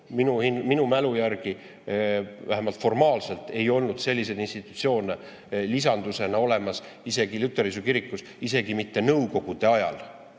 Minu mälu järgi vähemalt formaalselt ei olnud selliseid institutsioone lisandusena olemas luteriusu kirikus isegi mitte nõukogude ajal.